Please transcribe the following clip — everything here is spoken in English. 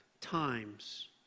times